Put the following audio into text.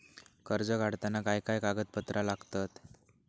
कर्ज काढताना काय काय कागदपत्रा लागतत?